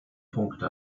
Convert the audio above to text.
punkte